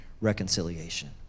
reconciliation